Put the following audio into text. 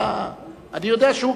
אני יודע שהוא,